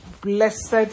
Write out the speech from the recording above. Blessed